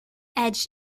edge